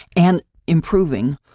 and improving.